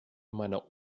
meiner